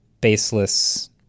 baseless